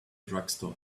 drugstore